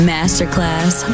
Masterclass